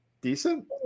decent